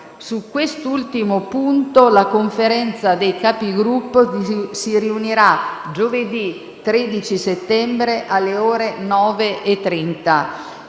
Su quest'ultimo punto la Conferenza dei Capigruppo si riunirà giovedì 13 settembre alle ore 9,30.